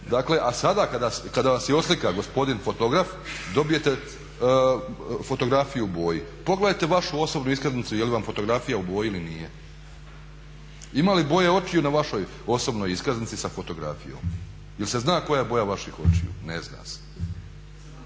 očiju. A sada vas oslika gospodin fotograf dobijete fotografiju u boji. Pogledajte vašu osobnu iskaznicu jeli vam fotografija u boji ili nije? Ima li boje očiju na vašoj osobnoj iskaznici sa fotografijom? Jel se zna koja je boja vaših očiju? Ne zna se.